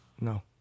No